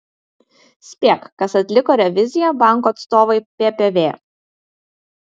spėk kas atliko reviziją banko atstovui ppv